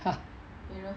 !huh!